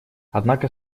однако